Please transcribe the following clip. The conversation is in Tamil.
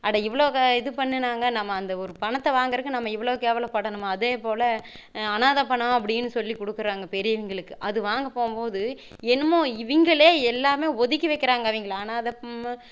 அட இவ்வளோ இது பண்ணினாங்க நம்ம அந்த ஒரு பணத்தை வாங்குறதுக்கு நம்ம எவ்வளவு கேவலப்படணுமா அதே போல் அனாதை பணம் அப்படின்னு சொல்லி கொடுக்குறாங்க பெரியவங்களுக்கு அது வாங்க போகும்போது என்னமோ இவங்களே எல்லாமே ஒதுக்கி வைக்கிறாங்க அவங்கள அனாதை